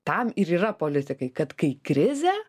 tam ir yra politikai kad kai krizė